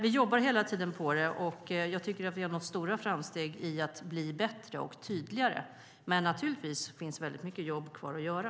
Vi jobbar hela tiden på det, och jag tycker att vi har nått stora framsteg i att bli bättre och tydligare. Men naturligtvis finns det väldigt mycket jobb kvar att göra.